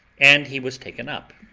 and he was taken up,